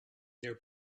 their